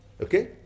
Okay